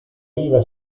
riva